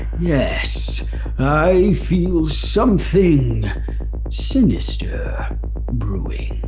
yes i feel something sinister brewing,